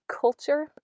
culture